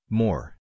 more